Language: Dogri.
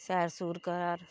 सैर सूर करा र